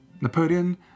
Napoleon